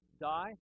die